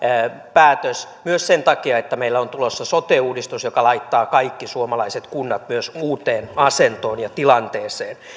päätös myös sen takia että meille on tulossa sote uudistus joka laittaa kaikki suomalaiset kunnat myös uuteen asentoon ja tilanteeseen